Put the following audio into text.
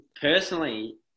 personally